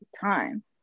time